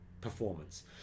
performance